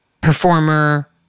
performer